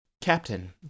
Captain